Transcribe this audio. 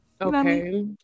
Okay